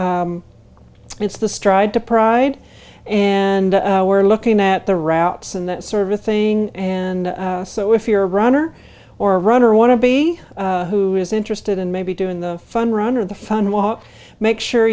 so it's the stride to pride and we're looking at the routes and that sort of thing and so if you're a runner or runner want to be who is interested in maybe doing the fun run or the fun walk make sure